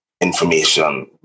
information